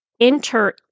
enter